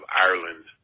Ireland